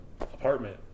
apartment